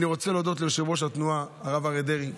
אני רוצה להודות ליושב-ראש התנועה הרב אריה דרעי,